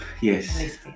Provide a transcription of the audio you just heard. yes